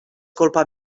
culpa